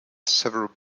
several